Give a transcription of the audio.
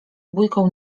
bójką